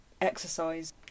exercise